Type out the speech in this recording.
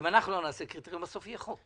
שאם אנחנו לא נעשה קריטריון אז בסוף יהיה חוק